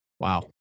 Wow